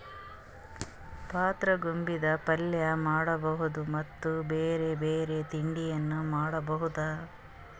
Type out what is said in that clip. ಪತ್ತಾಗೋಬಿದ್ ಪಲ್ಯ ಮಾಡಬಹುದ್ ಮತ್ತ್ ಬ್ಯಾರೆ ಬ್ಯಾರೆ ತಿಂಡಿನೂ ಮಾಡಬಹುದ್